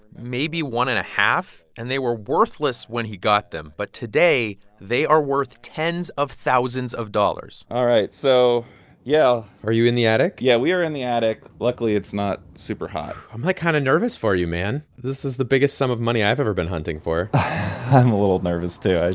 maybe one and a half. and they were worthless when he got them, but today they are worth tens of thousands of dollars all right, so yeah are you in the attic? yeah, we are in the attic. luckily it's not super hot i'm, like, kind of nervous for you, man. this is the biggest sum of money i've ever been hunting for i'm a little nervous, too.